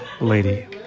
Lady